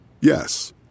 Yes